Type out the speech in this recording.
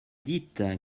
dites